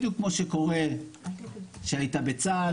בדיוק כמו שקורה כשהיית בצה"ל.